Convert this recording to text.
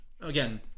Again